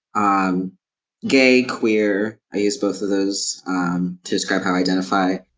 um gay, queer. i used both of those to describe how i identify.